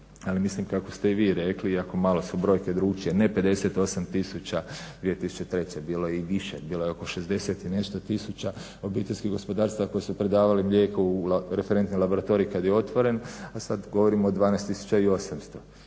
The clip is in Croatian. Ali mislim kako ste i vi rekli iako su malo brojke drukčije, ne 58 tisuća 2003. bilo je i više. Bilo je oko 60 i nešto tisuća obiteljskih gospodarstava koje su predavali mlijeko u referentni laboratorij kad je otvoren, a sad govorimo o 12